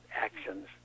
actions